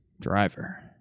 Driver